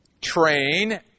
train